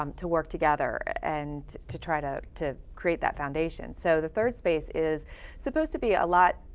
um to work together and to try to, to create that foundation. so, the third space is supposed to be a lot,